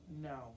No